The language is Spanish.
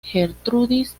gertrudis